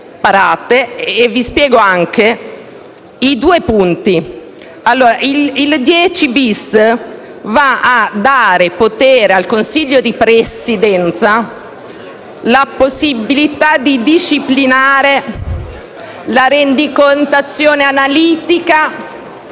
separate. Vi spiego anche i due punti: il comma 10-*bis* serve a dare al Consiglio di Presidenza la possibilità di disciplinare la rendicontazione analitica